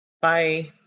Bye